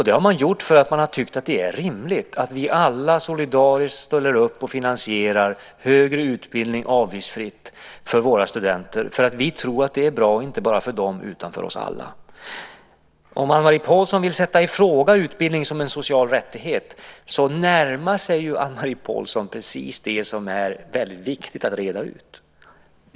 Det har man gjort därför att man tyckt att det är rimligt att vi alla solidariskt ställer upp och finansierar högre utbildning avgiftsfritt för våra studenter. Vi tror att det är bra inte bara för dem utan för oss alla. Om Anne-Marie Pålsson vill sätta i fråga utbildning som en social rättighet närmar sig Anne-Marie Pålsson precis det som det är väldigt viktigt att reda ut.